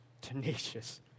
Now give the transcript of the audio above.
tenacious